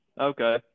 Okay